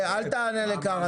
אל תענה לקארה.